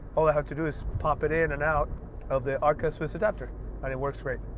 all i have to do is pop it in and out of the acca swiss adapter and it works great.